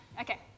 okay